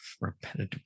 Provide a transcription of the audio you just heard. repetitive